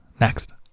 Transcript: next